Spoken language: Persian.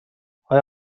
آیا